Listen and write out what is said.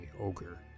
Ogre